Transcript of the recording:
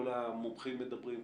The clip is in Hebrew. כל המומחים מדברים,